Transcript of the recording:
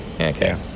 Okay